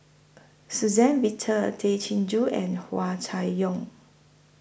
Suzann Victor Tay Chin Joo and Hua Chai Yong